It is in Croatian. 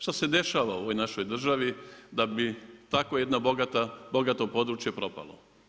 Šta se dešava u ovoj našoj državi da bi tako jedna bogato područje propalo.